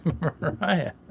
Mariah